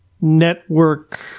network